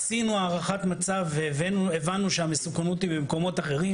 עשינו הערכת מצב והבנו שהמסוכנות היא במקומות אחרים.